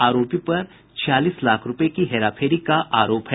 आरोपी पर छियालीस लाख रूपये की हेराफेरी का आरोप है